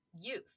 youth